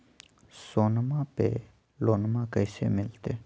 सोनमा पे लोनमा कैसे मिलते?